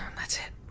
that's it.